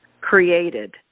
created